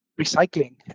recycling